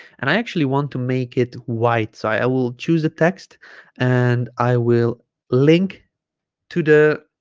and i actually want to make it white so i i will choose a text and i will link to the